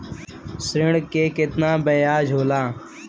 ऋण के कितना ब्याज होला?